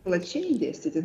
plačiai dėstyti